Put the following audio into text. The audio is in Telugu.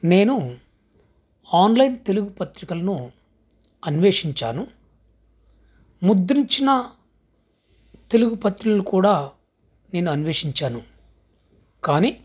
నేను ఆన్లైన్ తెలుగు పత్రికలను అన్వేషించాను ముద్రించిన తెలుగు పత్రికలు కూడా నేను అన్వేషించాను కానీ